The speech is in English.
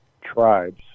tribes